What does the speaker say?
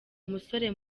musore